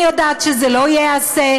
אני יודעת שזה לא ייעשה,